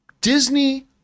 Disney